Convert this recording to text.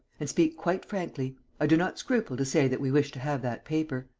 and speak quite frankly. i do not scruple to say that we wish to have that paper.